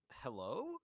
Hello